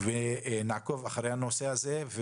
ונעקוב אחרי הנושא הזה.